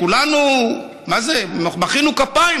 כולנו מחאנו כפיים,